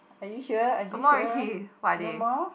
are you sure are you sure no more